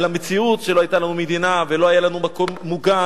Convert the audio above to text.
על המציאות שלא היתה לנו מדינה ולא היה לנו מקום מוגן,